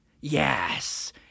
Yes